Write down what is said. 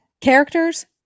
Characters